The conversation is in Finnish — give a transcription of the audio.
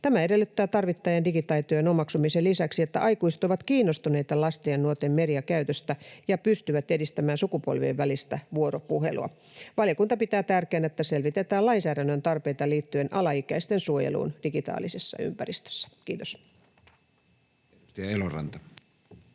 Tämä edellyttää tarvittavien digitaitojen omaksumisen lisäksi, että aikuiset ovat kiinnostuneita lasten ja nuorten mediakäytöstä ja pystyvät edistämään sukupolvien välistä vuoropuhelua. Valiokunta pitää tärkeänä, että selvitetään lainsäädännön tarpeita liittyen alaikäisten suojeluun digitaalisessa ympäristössä. — Kiitos.